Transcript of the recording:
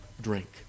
drink